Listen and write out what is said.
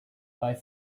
bei